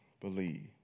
believe